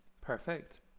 Perfect